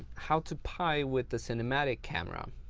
how to pie with the cinematic camera.